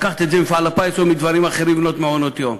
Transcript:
לקחת את זה ממפעל הפיס או מדברים אחרים ולבנות מעונות-יום.